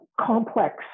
complex